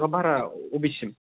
pass टाका भारा अबेसिम